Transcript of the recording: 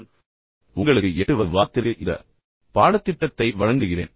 நான் உங்களுக்கு 8 வது வாரத்திற்கு இந்த பாடத்திட்டத்தை வழங்குகிறேன்